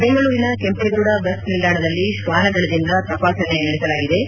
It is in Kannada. ಬೆಂಗಳೂರಿನ ಕೆಂಪೇಗೌಡ ಬಸ್ ನಿಲ್ದಾಣದಲ್ಲಿ ಶ್ವಾನದಳದಿಂದ ತಪಾಸಣೆ ನಡೆಸಲಾಯಿತು